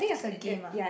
it's a game ah